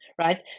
right